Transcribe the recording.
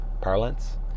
parlance